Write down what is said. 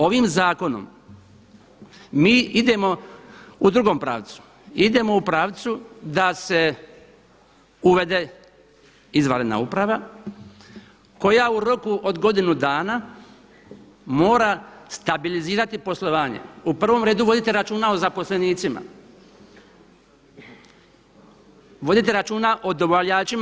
Ovim zakonom mi idemo u drugome pravcu, idemo u pravcu da se uvede izvanredna uprava koja u roku od godinu dana mora stabilizirati poslovanje, u prvom redu voditi računa o zaposlenicima, voditi računa o dobavljačima.